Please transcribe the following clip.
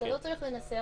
בלא דיחוי.